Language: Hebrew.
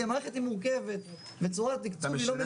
כי המערכת היא מורכבת וצורת התקצוב היא לא מלאכה קלה.